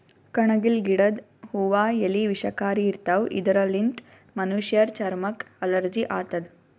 ಕಣಗಿಲ್ ಗಿಡದ್ ಹೂವಾ ಎಲಿ ವಿಷಕಾರಿ ಇರ್ತವ್ ಇದರ್ಲಿನ್ತ್ ಮನಶ್ಶರ್ ಚರಮಕ್ಕ್ ಅಲರ್ಜಿ ಆತದ್